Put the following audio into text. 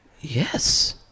Yes